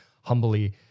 humbly